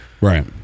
Right